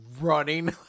running